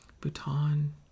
Bhutan